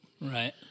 Right